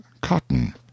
COTTON